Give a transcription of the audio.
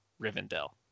Rivendell